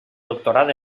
doctorat